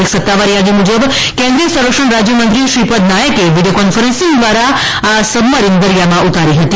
એક સત્તાવાર યાદી મુજબ કેન્દ્રીય સંરક્ષણ રાજ્યમંત્રી શ્રીપદનાયકે વીડિયો કોન્ફરન્સિંગ દ્વારા આ સબમરીન દરિયામાં ઉતારી હતી